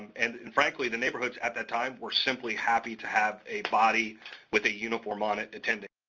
and and frankly, the neighborhoods at that time were simply happy to have a body with a uniform on it attending.